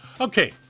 Okay